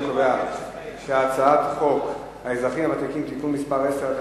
אני קובע שהצעת חוק האזרחים הוותיקים (תיקון מס' 10),